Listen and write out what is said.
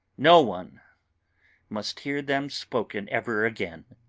no one must hear them spoken ever again!